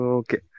okay